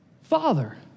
father